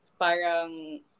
parang